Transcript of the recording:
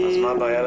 אז מה הבעיה?